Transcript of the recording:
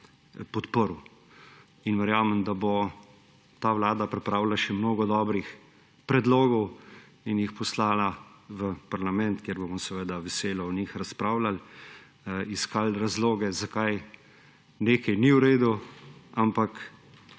podprl. Verjamem, da bo ta vlada pripravila še mnogo dobrih predlogov in jih poslala v parlament, kjer bomo veselo o njih razpravljali, iskali razloge, zakaj nekaj ni v redu. Ampak